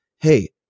hey